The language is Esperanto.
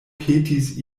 petis